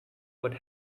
what